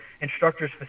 instructors